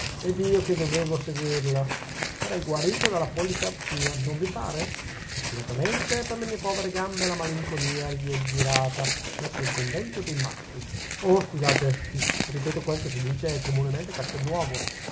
ed io che dovevo seguirla sarei guarito della polisarcia non vi pare fortunatamente per le mie povere gambe la malinconia gli è girata verso il convento dei matti oh scusate ripeto quel che si dice comunemente a castelnuovo